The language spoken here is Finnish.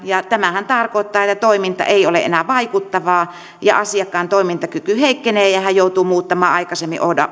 ja tämähän tarkoittaa että toiminta ei ole enää vaikuttavaa ja asiakkaan toimintakyky heikkenee ja hän joutuu muuttamaan aikaisemmin